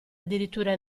addirittura